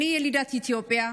אני ילידת אתיופיה.